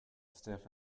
stiff